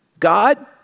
God